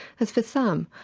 as for some,